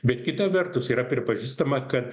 bet kita vertus yra pripažįstama kad